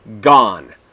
gone